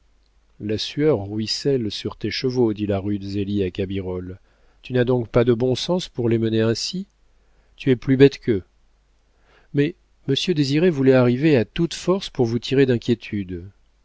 la sueur ruisselle sur tes chevaux dit la rude zélie à cabirolle tu n'as donc pas de bon sens pour les mener ainsi tu es plus bête qu'eux mais monsieur désiré voulait arriver à toute force pour vous tirer d'inquiétude